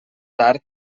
tard